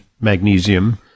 magnesium